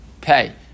pay